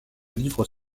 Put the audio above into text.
livres